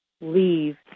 leave